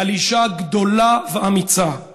על אישה גדולה ואמיצה,